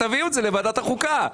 תביאו את זה לוועדת החוקה.